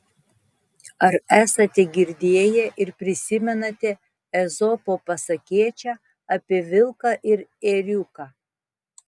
ar esate girdėję ir prisimenate ezopo pasakėčią apie vilką ir ėriuką